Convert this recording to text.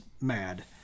mad